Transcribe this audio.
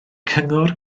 cyngor